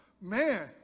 man